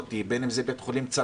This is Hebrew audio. בין אם זה בית החולים האנגלי סקוטי,